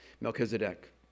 Melchizedek